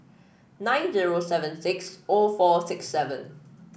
nine zero seven six o four six seven